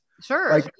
Sure